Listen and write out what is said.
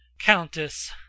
Countess